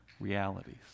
realities